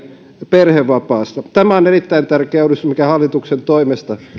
perhevapaasta tämä on erittäin tärkeä uudistus mikä hallituksen toimesta